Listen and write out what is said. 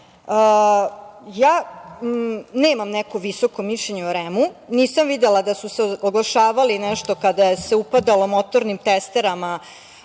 Ja nemam neko visoko mišljenje o REM-u. Nisam videla da su se oglašavali nešto kada se upadalo motornim testerama